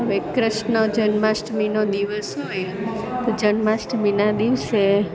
હવે કૃષ્ણ જન્માષ્ટમીનો દિવસ હોય તો જન્માષ્ટમીના દિવસે